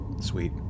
Sweet